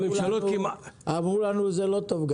הממשלות אמרו לנו שזה לא טוב.